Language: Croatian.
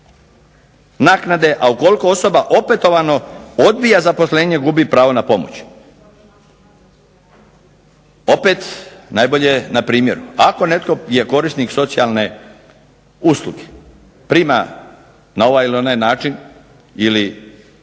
naknade, a ukoliko osoba opetovano odbija zaposlenje gubi pravo na pomoć. Opet najbolje je na primjeru. Ako netko je korisnik socijalne usluge, prima na ovaj ili onaj način ili